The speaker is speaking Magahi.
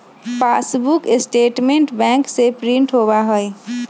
पासबुक स्टेटमेंट बैंक से प्रिंट होबा हई